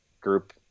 group